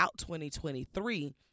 2023